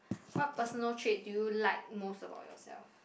what personal trait do you like most about yourself